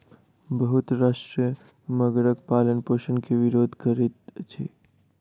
बहुत राष्ट्र मगरक पालनपोषण के विरोध करैत अछि